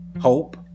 hope